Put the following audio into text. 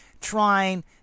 trying